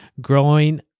growing